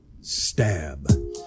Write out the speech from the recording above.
Stab